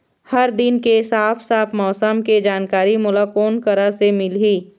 हर दिन के साफ साफ मौसम के जानकारी मोला कोन करा से मिलही?